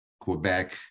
quebec